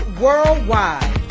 worldwide